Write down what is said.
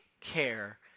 care